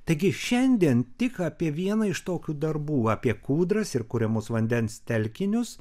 taigi šiandien tik apie vieną iš tokių darbų apie kūdras ir kuriamus vandens telkinius